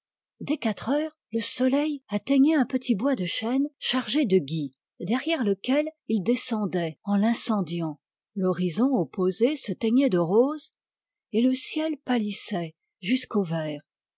dès quatre heures le soleil atteignait un petit bois de chênes chargés de gui derrière lequel il descendait en l'incendiant l'horizon opposé se teignait de rose et le ciel pâlissait jusqu'au vert